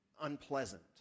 unpleasant